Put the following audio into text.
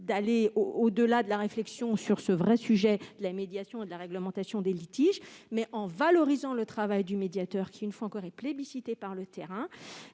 aller au-delà de la réflexion sur la question de la réglementation des litiges, mais en valorisant le travail du médiateur qui, une fois encore, est plébiscité par le terrain.